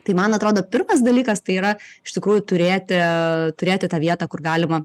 tai man atrodo pirmas dalykas tai yra iš tikrųjų turėti turėti tą vietą kur galima